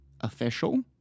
official